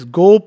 go